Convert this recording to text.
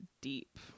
deep